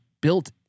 built